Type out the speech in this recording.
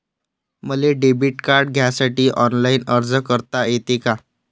मले debit card घ्यासाठी online अर्ज करता येते का?